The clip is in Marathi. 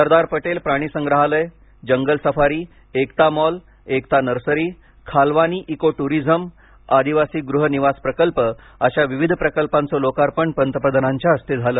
सरदार पटेल प्राणी संग्रहालय जंगल safari Ekta mall Ekta nursery Khalwani eco tourism आदिवासी गृह निवास प्रकल्प अशा विविध प्रकल्पांचं लोकार्पण पंतप्रधानांच्या हस्ते झालं